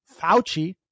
Fauci